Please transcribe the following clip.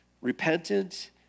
repentant